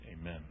Amen